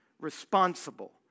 responsible